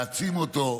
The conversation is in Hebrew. להעצים אותו,